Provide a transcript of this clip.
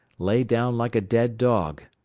lay down like a dead dog.